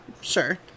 sure